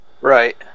Right